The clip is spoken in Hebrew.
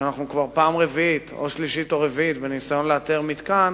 שאנחנו כבר פעם שלישית או רביעית מנסים לאתר מתקן,